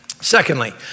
Secondly